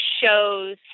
shows